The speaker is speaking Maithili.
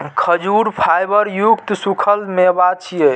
खजूर फाइबर युक्त सूखल मेवा छियै